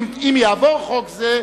אם יעבור חוק זה,